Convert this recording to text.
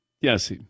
Yes